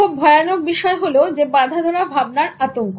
কিন্তু খুব ভয়ানক বিষয় হলো বাঁধাধরা ভাবনার আতঙ্ক